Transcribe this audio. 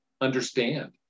understand